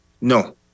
No